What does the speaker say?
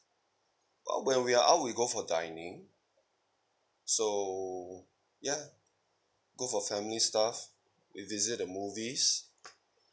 uh when we're out we go for dining so ya go for family stuff we visit the movies